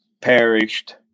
perished